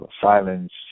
silence